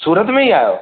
सूरत में ई आइयो